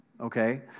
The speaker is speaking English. okay